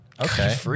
Okay